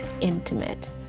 intimate